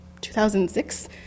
2006